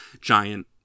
giant